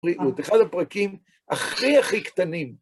הוא אחד הפרקים הכי הכי קטנים.